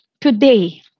today